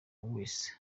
wese